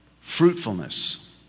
Fruitfulness